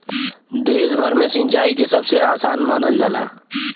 देश भर में सिंचाई के सबसे आसान मानल जाला